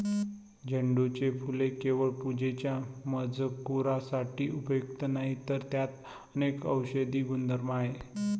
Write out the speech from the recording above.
झेंडूचे फूल केवळ पूजेच्या मजकुरासाठी उपयुक्त नाही, तर त्यात अनेक औषधी गुणधर्म आहेत